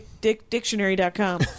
dictionary.com